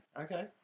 Okay